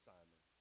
Simon